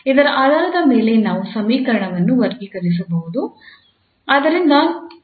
ಇದರ ಆಧಾರದ ಮೇಲೆ ನಾವು ಸಮೀಕರಣವನ್ನು ವರ್ಗೀಕರಿಸಬಹುದು